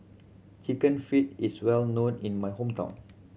Chicken Feet is well known in my hometown